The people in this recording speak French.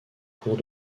cours